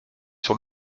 sur